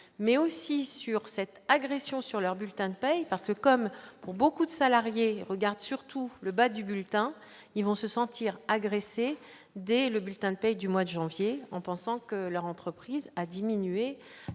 mais aussi sur cette agression sur leur bulletin de paye parce que, comme pour beaucoup de salariés regarde surtout le bas du bulletin, ils vont se sentir agressés dès le bulletin de paie du mois de janvier, en pensant que leur entreprise à diminuer